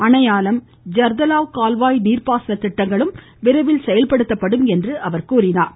அணையாலம் ஜர்தலாவ் கால்வாய் நீர்ப்பாசன திட்டங்களும் விரைவில் செயல்படுத்தப்படும் என்றார்